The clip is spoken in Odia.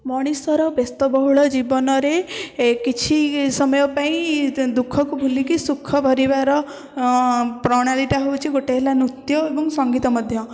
ମଣିଷର ବ୍ୟସ୍ତବହୁଳ ଜୀବନରେ କିଛି ସମୟ ପାଇଁ ଦୁଃଖକୁ ଭୁଲିକି ସୁଖ ଭରିବାର ପ୍ରଣାଳୀଟା ହେଉଛି ଗୋଟେ ହେଲା ନୃତ୍ୟ ଏବଂ ସଙ୍ଗୀତ ମଧ୍ୟ